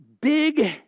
big